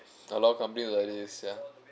a lot of companies like this ya